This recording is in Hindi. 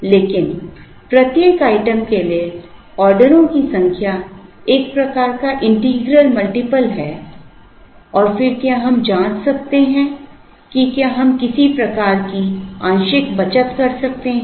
लेकिन प्रत्येक आइटम के लिए ऑर्डरों की संख्या एक प्रकार का इंटीग्रल मल्टीपल है और फिर क्या हम जांच सकते हैं कि क्या हम किसी प्रकार की आंशिक बचत कर सकते हैं